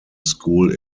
school